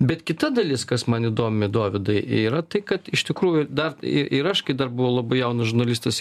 bet kita dalis kas man įdomi dovydai yra tai kad iš tikrųjų dar i ir aš kai dar buvo labai jaunas žurnalistas